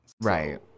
Right